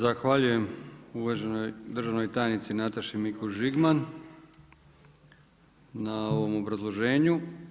Zahvaljujem uvaženoj državnoj tajnici Nataši Mikuš Žigman na ovom obrazloženju.